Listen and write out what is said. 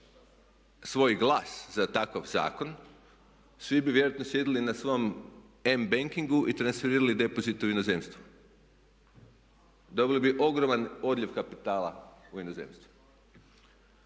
svoj glas za takav zakon svi bi vjerojatno sjedili na svom e-bankingu i tranferirali depozite u inozemstvo. Dobili bi ogroman odljev kapitala u inozemstvo.